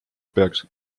peaks